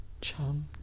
Chum